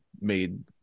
made